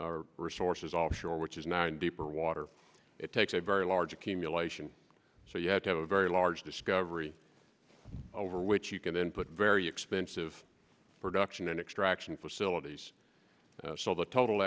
resources offshore which is now in deeper water it takes a very large accumulation so you have to have a very large discovery over which you can input very expensive production and extraction facilities so the total